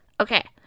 Okay